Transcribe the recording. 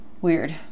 weird